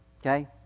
Okay